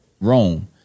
Rome